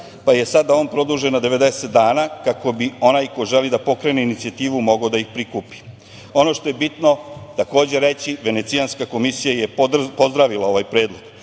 pa je sada on produžen na 90 dana kako bi onaj ko želi da pokrene inicijativu mogao da ih prikupi. Ono što je bitno takođe reći, Venecijanska komisija je pozdravila ovaj predlog.